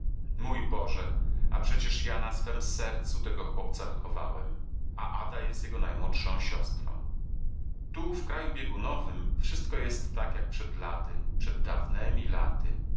mój boże a przecież ja na swem sercu tego chłopca wychowałem a ada jest jego najmłodszą siostrą tu w kraju biegunowym wszystko jest tak jak przed laty przed dawnemi laty